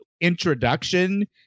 introduction